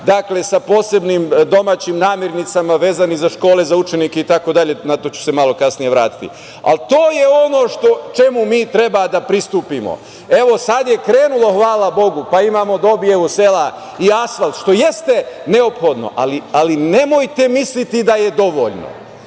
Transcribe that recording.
sa posebnim domaćim namirnicama vezanih za škole, za učenike, itd, na to ću se malo kasnije vratiti. To je ono čemu mi treba da pristupimo. Sada je krenulo, hvala Bogu, pa dobiju sela asfalt, što jeste neophodno, ali nemojte misliti da je dovoljno.